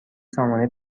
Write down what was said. سامانه